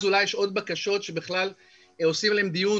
אולי יש עוד בקשות שבכלל עושים עליהם דיון,